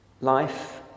life